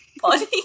body